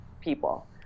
people